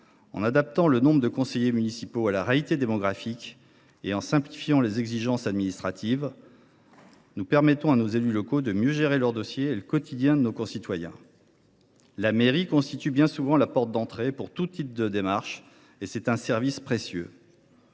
En adaptant le nombre de conseillers municipaux à la réalité démographique et en simplifiant les exigences administratives, nous permettons à nos élus locaux de mieux gérer leurs dossiers et le quotidien de nos concitoyens. La mairie constitue bien souvent la porte d’entrée pour tout type de démarche, et c’est un service précieux.